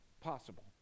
possible